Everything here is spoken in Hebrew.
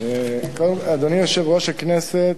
אדוני יושב-ראש הכנסת,